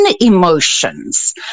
emotions